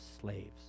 slaves